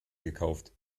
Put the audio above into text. gekauft